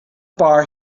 bar